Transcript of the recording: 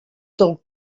del